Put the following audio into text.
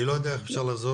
אני רושמת.